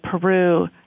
Peru